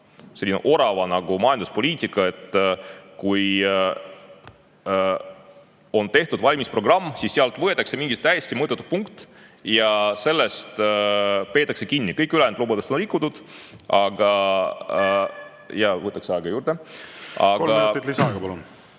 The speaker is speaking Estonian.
selline orava majanduspoliitika, et kui on tehtud valimisprogramm, siis sealt võetakse mingi täiesti mõttetu punkt ja sellest peetakse kinni. Kõiki ülejäänud lubadusi on rikutud, aga … Jaa, võtaks aega juurde. Kolm minutit lisaaega, palun!